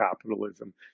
capitalism